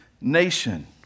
nation